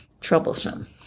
troublesome